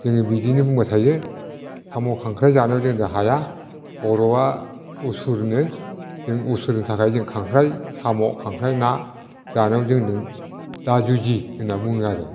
जों बिदिनो बुंबाय थायो साम' खांख्राय जानायाव जोंजों हाया बर'आ असुर नो जों असुरनि थाखाय जों खांख्राय साम' खांख्राय ना जानायाव जोंजों दा जुजि होननानै बुङो आरो